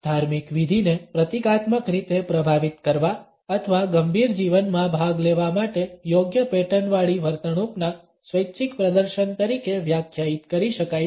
ધાર્મિક વિધિને પ્રતીકાત્મક રીતે પ્રભાવિત કરવા અથવા ગંભીર જીવનમાં ભાગ લેવા માટે યોગ્ય પેટર્નવાળી વર્તણૂકના સ્વૈચ્છિક પ્રદર્શન તરીકે વ્યાખ્યાયિત કરી શકાય છે